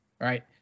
right